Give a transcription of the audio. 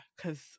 cause